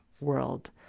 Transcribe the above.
world